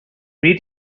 read